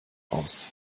aus